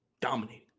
Dominating